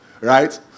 right